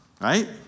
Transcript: Right